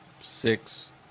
Six